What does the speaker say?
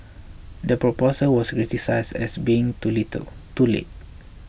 the proposal was criticised as being too little too late